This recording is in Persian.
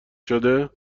شده